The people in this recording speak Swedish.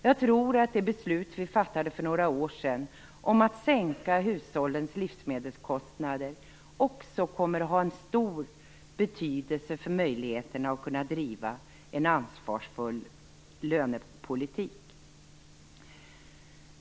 Jag tror att det beslut vi fattade för några år sedan, om att sänka hushållens livsmedelskostnader också kommer att ha stor betydelse för möjligheten att driva en ansvarsfull lönepolitik.